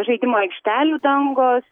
žaidimų aikštelių dangos